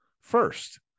First